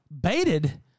baited